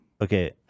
Okay